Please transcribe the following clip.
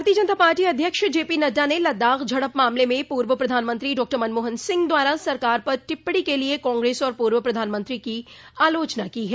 भाजपा अध्यीक्ष जेपी नड्डा ने लद्दाख झड़प मामले में पूर्व प्रधानमंत्री डॉ मनमोहन सिंह द्वारा सरकार पर टिप्पणी के लिए कांग्रेस और पूर्व प्रधानमंत्री को आलोचना की है